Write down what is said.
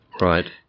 Right